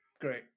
great